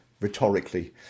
rhetorically